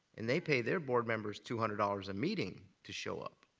and they pay their board members two hundred dollars a meeting to show up.